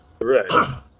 right